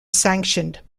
sanctioned